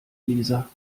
lisa